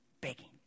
begging